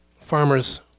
Farmers